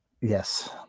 yes